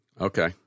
Okay